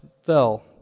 fell